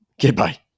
goodbye